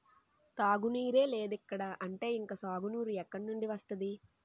తాగునీరే లేదిక్కడ అంటే ఇంక సాగునీరు ఎక్కడినుండి వస్తది?